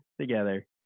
together